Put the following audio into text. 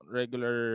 regular